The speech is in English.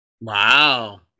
Wow